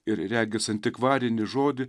ir regis antikvarinį žodį